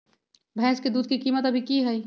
भैंस के दूध के कीमत अभी की हई?